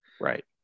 Right